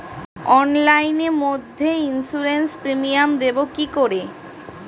অনলাইনে মধ্যে insurance premium দেবো কি করে?